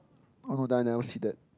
oh Daniel see that